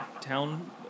town